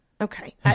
Okay